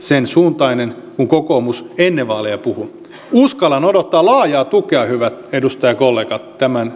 sen suuntainen kuin mitä kokoomus ennen vaaleja puhui uskallan odottaa laajaa tukea hyvät edustajakollegat tämän